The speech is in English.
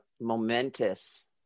momentous